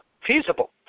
feasible